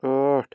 ٲٹھ